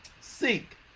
seek